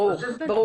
ברור.